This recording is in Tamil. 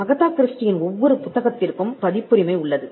அகதா கிறிஸ்டியின் ஒவ்வொரு புத்தகத்திற்கும் பதிப்புரிமை உள்ளது